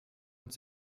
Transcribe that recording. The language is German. uns